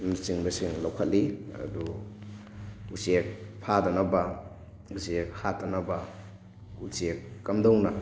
ꯅꯆꯤꯡꯕꯁꯤꯡ ꯂꯧꯈꯠꯂꯤ ꯑꯗꯣ ꯎꯆꯦꯛ ꯐꯥꯗꯅꯕ ꯎꯆꯦꯛ ꯍꯥꯠꯇꯅꯕ ꯎꯆꯦꯛ ꯀꯝꯗꯧꯅ